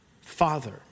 Father